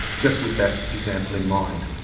just with that example in mind.